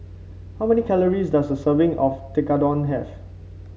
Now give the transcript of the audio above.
how many calories does a serving of Tekkadon have